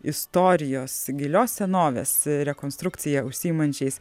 istorijos gilios senovės rekonstrukcija užsiimančiais